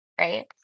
Right